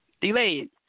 delayed